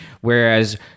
Whereas